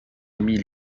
amie